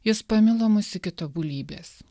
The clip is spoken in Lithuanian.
jis pamilo mus iki tobulybės